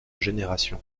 génération